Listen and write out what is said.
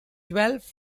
twelve